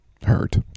Hurt